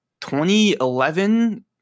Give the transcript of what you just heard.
2011